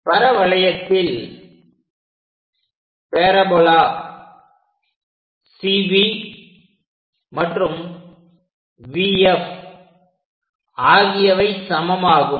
பரவளையத்தில் CV மற்றும் VF ஆகியவை சமமாகும்